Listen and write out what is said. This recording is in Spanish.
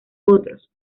otros